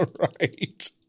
right